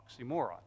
oxymoron